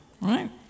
right